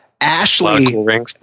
Ashley